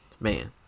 Man